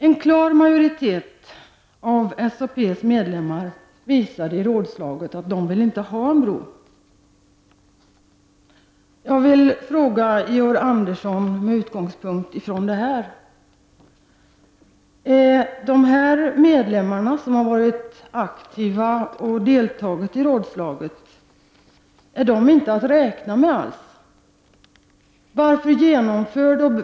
En klar majoritet av SAPs medlemmar visade i rådslaget att de inte ville ha en bro. Jag vill med denna utgångspunkt ställa en fråga till Georg Andersson: Är de medlemmar som aktivt deltagit i rådslaget inte att räkna med?